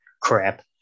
Crap